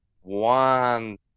one